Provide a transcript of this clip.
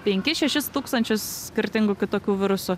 penkis šešis tūkstančius skirtingų kitokių virusų